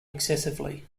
excessively